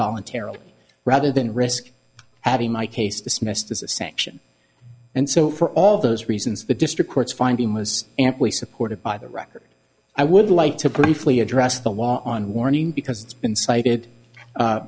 voluntarily rather than risk having my case dismissed as a sanction and so for all those reasons the district courts finding was amply supported by the record i would like to briefly address the law on warning because it's been cited